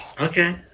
Okay